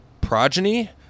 progeny